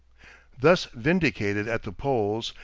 thus vindicated at the polls,